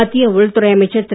மத்திய உள்துறை அமைச்சர் திரு